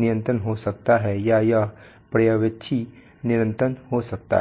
नियंत्रण हो सकता है या यह पर्यवेक्षी नियंत्रण हो सकता है